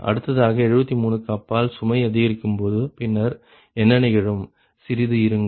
அடுத்ததாக 73 க்கு அப்பால் சுமை அதிகரிக்கும்போது பின்னர் என்ன நிகழும் சிறிது இருங்கள்